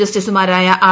ജസ്റ്റിസുമാരായ ആർ